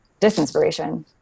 disinspiration